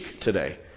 today